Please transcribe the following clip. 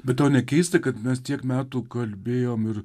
bet tau nekeista kad mes tiek metų kalbėjom ir